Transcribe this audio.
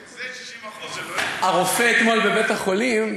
אם זה 60% הרופא אתמול בבית-החולים,